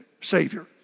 Savior